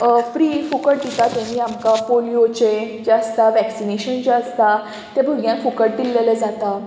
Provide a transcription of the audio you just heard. pre फुकट दिता तेजी आमकां पोलियोचें जें आसता वॅक्सिनेशन जें आसता तें भुरग्यांक फुकट दिल्लेलें जाता